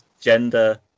gender